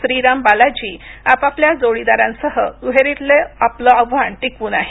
स्त्रिराम बालाजी आपापल्या जोडीदारांसह दुहेरीतले आपले आव्हान टिकवून आहेत